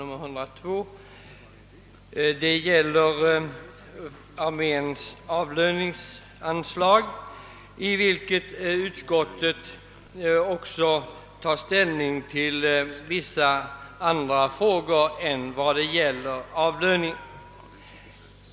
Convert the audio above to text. Det gäller avsnittet om arméns avlöningsanslag, där utskottet även tar ställning till vissa andra frågor än just avlöningarna.